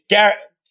Garrett